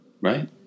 Right